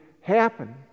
happen